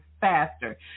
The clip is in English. faster